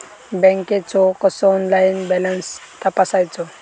बँकेचो कसो online balance तपासायचो?